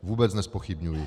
Vůbec nezpochybňuji.